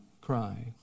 cry